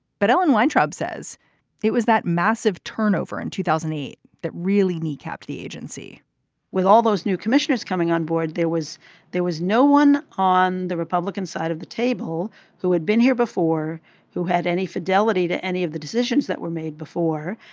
but ellen weintraub says it was that massive turnover in two thousand and eight that really kneecapped the agency with all those new commissioners coming on board there was there was no one on the republican side of the table who had been here before who had any fidelity to any of the decisions that were made before.